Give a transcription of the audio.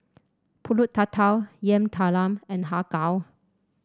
pulut tatal Yam Talam and Har Kow